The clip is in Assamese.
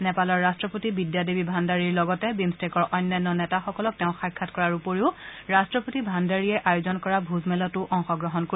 নেপালৰ ৰাট্টপতি বিদ্যাদেৱী ভাণ্ডাৰীৰ লগতে বিমট্টেকৰ অন্যান্য নেতাসকলক তেওঁ সাক্ষাৎ কৰাৰ উপৰি ৰাট্টপতি ভাণ্ডাৰীয়ে আয়োজন কৰা ভোজমেলটো তেওঁ অংশগ্ৰহণ কৰিব